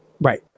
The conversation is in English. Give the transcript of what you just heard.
Right